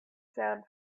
sound